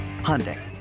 Hyundai